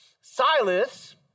Silas